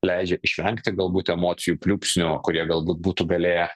leidžia išvengti galbūt emocijų pliūpsnių kurie galbūt būtų galėję